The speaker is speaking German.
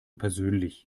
persönlich